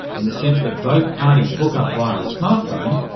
in the sense that both parties hook up via a smart phone.